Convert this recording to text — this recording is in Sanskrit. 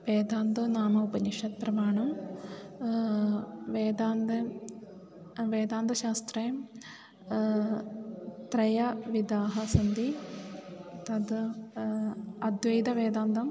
वेदान्तो नाम उपनिषत्प्रमाणं वेदान्तः वेदान्दशास्त्रे त्रिविधाः सन्ति तद् अद्वैतवेदान्तः